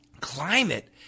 Climate